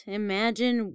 imagine